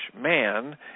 man